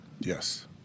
Yes